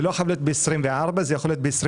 זה לא חייב להיות ב-2024, זה יכול להיות ב-2025,